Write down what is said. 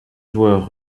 joueur